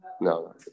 no